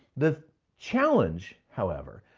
the challenge, however,